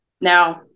Now